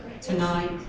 tonight